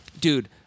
Dude